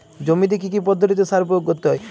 জমিতে কী কী পদ্ধতিতে সার প্রয়োগ করতে হয়?